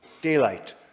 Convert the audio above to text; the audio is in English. daylight